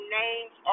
names